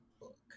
book